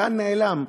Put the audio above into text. לאן נעלם?